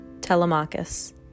Telemachus